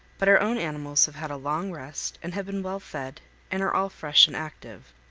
but our own animals have had a long rest and have been well fed and are all fresh and active.